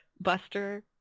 Buster